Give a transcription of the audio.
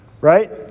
right